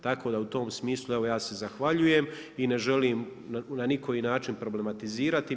Tako da u tom smislu evo ja se zahvaljujem i ne želim ni na koji način problematizirati.